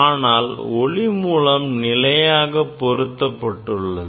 ஆனால் ஒளி மூலம் நிலையாக பொருத்தப்பட்டுள்ளது